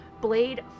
Blade